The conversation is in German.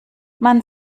man